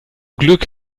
glück